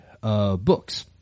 books